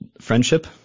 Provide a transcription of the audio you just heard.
friendship